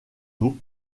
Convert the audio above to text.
eau